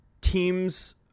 teams